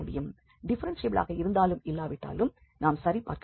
டிஃப்ஃபெரென்ஷியபிளாக இருந்தாலும் இல்லாவிட்டாலும் நாம் சரிபார்க்க வேண்டும்